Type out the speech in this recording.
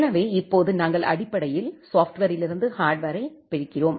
எனவே இப்போது நாங்கள் அடிப்படையில் சாப்ட்வரிலிருந்து ஹார்ட்வரை பிரிக்கிறோம்